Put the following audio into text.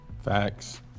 Facts